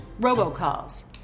robocalls